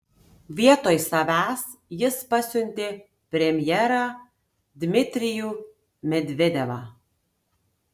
vietoj savęs jis pasiuntė premjerą dmitrijų medvedevą